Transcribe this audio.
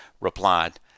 replied